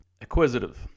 acquisitive